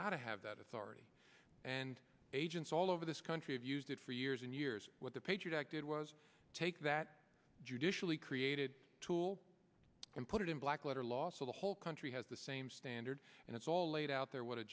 gotta have that authority and agents all over this country have used it for years and years what the patriot act did was take that judicially created tool and put it in black letter law so the whole country has the same standard and it's all laid out there what a